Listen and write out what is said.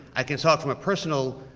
i can talk from a personal